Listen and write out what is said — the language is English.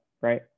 right